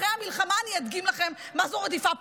אחרי המלחמה אני אדגים לכם מה זה רדיפה פוליטית.